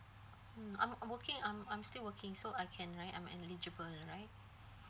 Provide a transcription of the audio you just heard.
I'm I'm okay I'm I'm still working so I can right I I'm eligible right